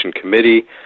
committee